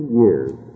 years